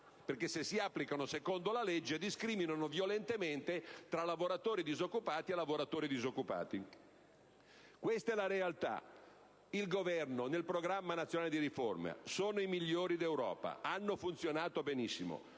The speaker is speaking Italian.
infatti, si applicano secondo la legge discriminano violentemente tra lavoratori disoccupati e lavoratori disoccupati. Questa è la realtà. Il Governo nel Programma nazionale di riforma dice che sono i migliori in Europa e che hanno funzionato benissimo.